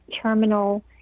terminal